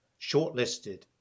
shortlisted